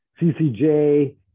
CCJ